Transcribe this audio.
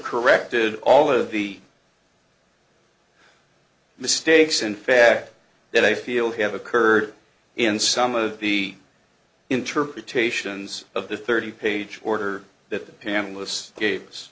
corrected all of the mistakes in fact that i feel have occurred in some of the interpretations of the thirty page order that the pan